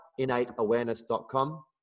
innateawareness.com